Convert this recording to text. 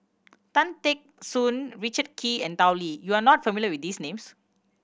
Tan Teck Soon Richard Kee and Tao Li you are not familiar with these names